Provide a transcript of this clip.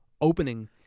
opening